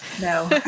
No